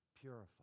purify